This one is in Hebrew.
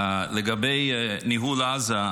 לגבי ניהול עזה,